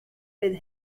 with